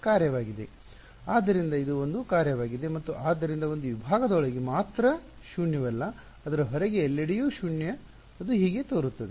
ಆದ್ದರಿಂದ ಇದು ಒಂದು ಕಾರ್ಯವಾಗಿದೆ ಮತ್ತು ಆದ್ದರಿಂದ ಒಂದು ವಿಭಾಗದೊಳಗೆ ಮಾತ್ರ ಶೂನ್ಯವಲ್ಲ ಅದರ ಹೊರಗೆ ಎಲ್ಲೆಡೆಯೂ ಶೂನ್ಯ ಅದು ಹೀಗೆ ತೋರುತ್ತದೆ